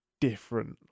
different